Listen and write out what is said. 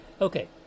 okay